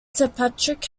kilpatrick